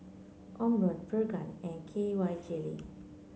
Omron Pregain and K Y Jelly